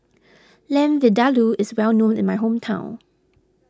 Lamb Vindaloo is well known in my hometown